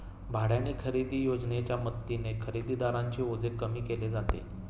भाड्याने खरेदी योजनेच्या मदतीने खरेदीदारांचे ओझे कमी केले जाते